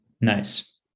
Nice